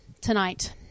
tonight